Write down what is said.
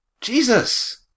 Jesus